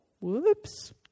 Whoops